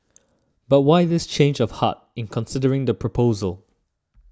but why this change of heart in considering the proposal